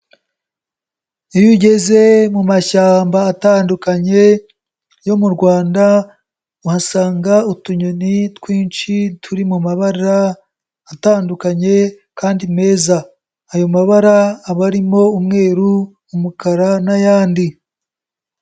Iyo ugeze mu mashyamba atandukanye yo mu Rwanda uhasanga utunyoni twinshi turi mu mabara atandukanye kandi meza. Ayo mabara aba arimo umweru, umukara n'ayandi.